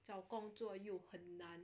找工作又很难